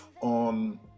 on